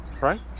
right